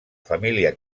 família